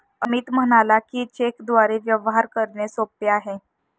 अमित म्हणाला की, चेकद्वारे व्यवहार करणे सोपे आहे